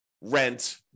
rent